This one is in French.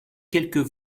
quelques